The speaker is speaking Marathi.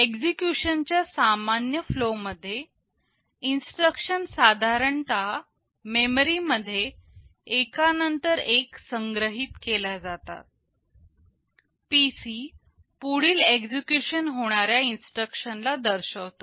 एक्झिक्युशन च्या सामान्य फ्लो मध्ये इन्स्ट्रक्शन साधारणतः मेमरी मध्ये एकानंतर एक संग्रहित केल्या जातात PC पुढील एक्झिक्युशन होणाऱ्या इन्स्ट्रक्शन ला दर्शवतो